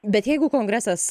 bet jeigu kongresas